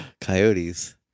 Coyotes